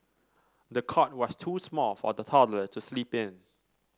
the cot was too small for the toddler to sleep in